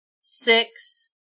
six